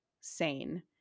sane